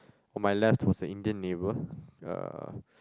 on my left was a Indian neighbour uh